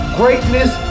greatness